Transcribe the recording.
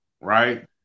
right